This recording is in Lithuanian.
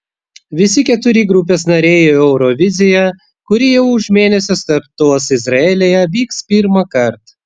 visi keturi grupės nariai į euroviziją kuri jau už mėnesio startuos izraelyje vyks pirmąkart